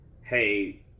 hey